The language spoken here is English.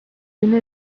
soon